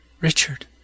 Richard